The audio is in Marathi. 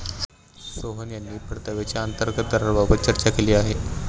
सोहन यांनी परताव्याच्या अंतर्गत दराबाबत चर्चा केली